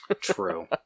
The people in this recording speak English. True